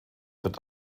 wird